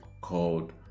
called